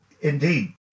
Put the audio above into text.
Indeed